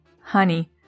Honey